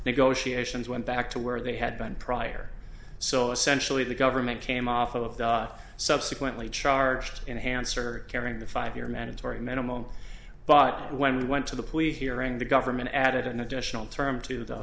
negotiations went back to where they had been prior so essentially the government came off of that subsequently charged in hansard carrying the five year mandatory minimum but when we went to the police hearing the government added an additional term to th